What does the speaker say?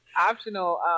Optional